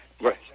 Right